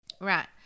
Right